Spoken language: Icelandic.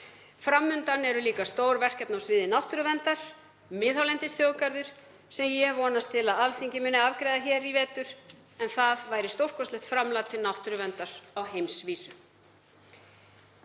Fram undan eru líka stór verkefni á sviði náttúruverndar: Miðhálendisþjóðgarður sem ég vonast til að Alþingi afgreiði hér á vetur sem væri stórkostlegt framlag til náttúruverndar á heimsvísu.